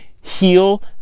heal